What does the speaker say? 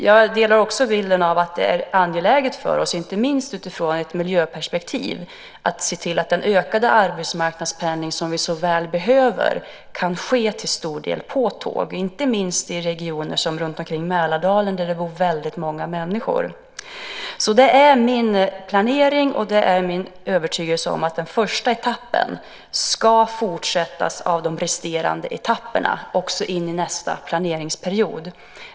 Jag håller också med om bilden av att det är angeläget för oss, inte minst utifrån ett miljöperspektiv, att se till att den ökade arbetsmarknadspendling som vi så väl behöver kan ske till stor del på tåg, inte minst i regioner som runt Mälardalen, där det bor väldigt många människor. Det är min planering och min övertygelse att den första etappen ska fortsättas av de resterande etapperna också in i nästa planeringsperiod.